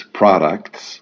products